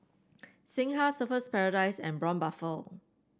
Singha Surfer's Paradise and Braun Buffel